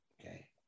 okay